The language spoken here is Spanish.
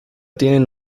tienen